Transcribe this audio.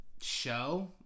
show